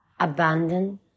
Abandoned